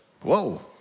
Whoa